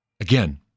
Again